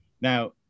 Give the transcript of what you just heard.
now